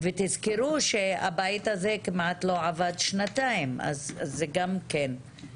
תזכרו שהבית הזה לא עבד כמעט שנתיים אז זה גם משהו.